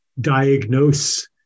diagnose